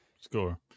Score